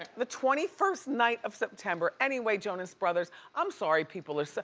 the twenty first night of september, anyway, jonas brothers, i'm sorry people are so,